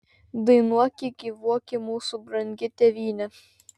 dainuoki gyvuoki mūsų brangi tėvyne